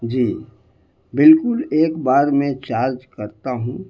جی بالکل ایک بار میں چارج کرتا ہوں